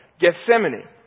Gethsemane